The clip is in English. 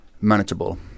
manageable